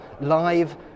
live